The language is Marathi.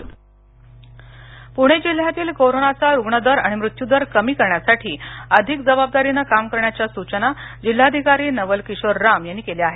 पुणे प्रणे जिल्ह्यातील कोरोनाचा रुग्णदर आणि मृत्यूदर कमी करण्यासाठी अधिक जबाबदारीने काम करण्याच्या सुचना जिल्हाधिकारी नवलकिशोर राम यांनी केल्या आहेत